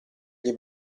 gli